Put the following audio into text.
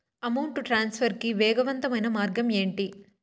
amount transfer కి వేగవంతమైన మార్గం ఏంటి